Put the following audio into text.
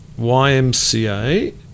YMCA